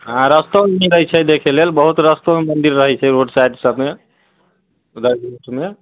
हँ रस्तोमे मिलैत छै देखै लेल बहुत रस्तोमे मंदिर रहैत छै रोड साइड सभमे मे